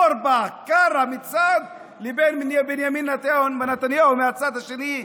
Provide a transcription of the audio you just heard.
אורבך וקארה מצד אחד לבין בנימין נתניהו מהצד השני.